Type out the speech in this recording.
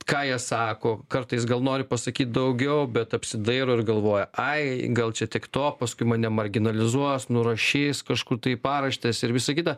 ką jie sako kartais gal nori pasakyt daugiau bet apsidairo ir galvoja ai gal čia tiek to paskui mane marginalizuos nurašys kažkur tai į paraštes ir visa kita